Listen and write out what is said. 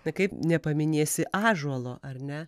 na kaip nepaminėsi ąžuolo ar ne